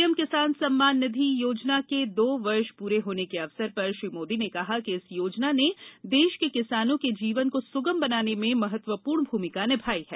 PM किसान सम्मान निधि योजना के दो वर्ष पूरे होने के अवसर पर श्री मोदी ने कहा कि इस योजना ने देश के किसानों के जीवन को सुगम बनाने में महत्वपूर्ण भूमिका निभाई है